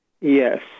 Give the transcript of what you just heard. Yes